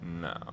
No